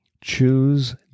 Choose